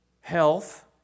health